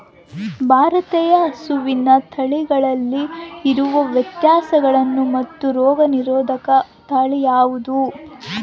ಭಾರತೇಯ ಹಸುವಿನ ತಳಿಗಳಲ್ಲಿ ಇರುವ ವ್ಯತ್ಯಾಸಗಳೇನು ಮತ್ತು ರೋಗನಿರೋಧಕ ತಳಿ ಯಾವುದು?